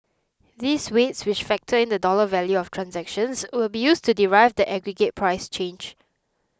these weights which factor in the dollar value of transactions will be used to derive the aggregate price change